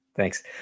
Thanks